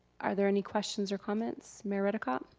are there any questions or comments? mayor redekop.